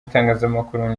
itangazamakuru